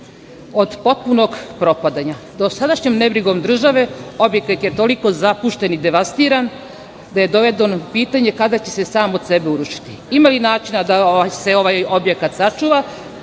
od potpunog propadanja? Dosadašnjom nebrigom države objekat je toliko zapušten i devastiran, da je dovedeno u pitanje kada će se sam od sebe urušiti. Ima li načina da se ovaj objekat sačuva,